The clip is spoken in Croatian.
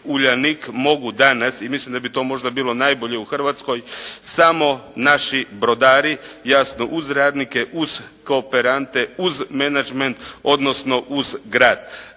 Uljanik mogu danas i mislim da bi to možda bilo najbolje u Hrvatskoj samo naši brodari jasno uz radnike, uz kooperante, uz menadžment odnosno uz grad.